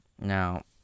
Now